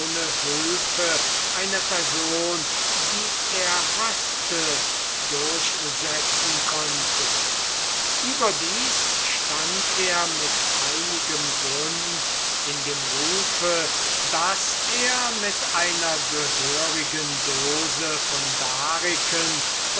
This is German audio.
hülfe einer person die er haßte durchsetzen konnte überdies stand er mit einigem grund in dem ruf daß er mit einer gehörigen dose von dariken